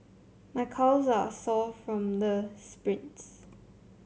my calves are sore from the sprints